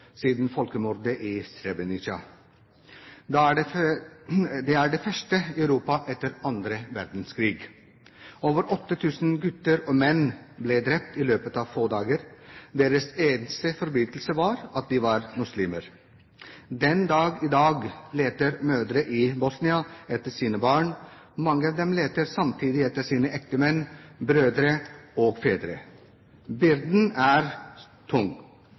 siden folkemordet i Srebrenica. Det er det første i Europa etter annen verdenskrig. Over 8 000 gutter og menn ble drept i løpet av få dager. Deres eneste forbrytelse var at de var muslimer. Den dag i dag leter mødre i Bosnia etter sine barn. Mange av dem leter samtidig etter sine ektemenn, brødre og fedre. Byrden er tung.